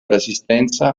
resistenza